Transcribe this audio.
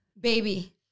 baby